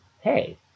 hey